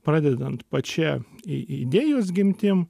pradedant pačia idėjos gimtim